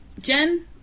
Jen